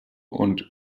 und